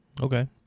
Okay